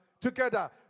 together